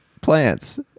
plants